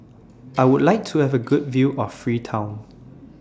I Would like to Have A Good View of Freetown